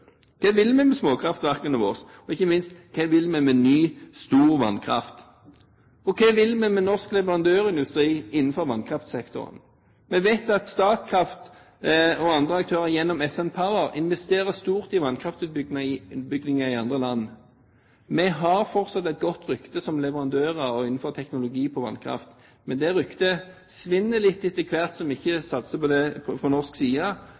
Hva vil vi med småkraftverkene våre? Og ikke minst: Hva vil vi med ny, stor vannkraft? Og hva vil vi med norsk leverandørindustri innenfor vannkraftsektoren? Vi vet at Statkraft og andre aktører gjennom SN Power investerer stort i vannkraftutbygginger i andre land. Vi har fortsatt et godt rykte som leverandører og innenfor teknologi for vannkraft, men det ryktet svinner litt etter hvert som vi ikke satser på det fra norsk side.